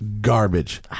garbage